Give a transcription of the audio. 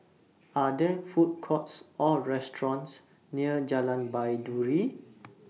Are There Food Courts Or restaurants near Jalan Baiduri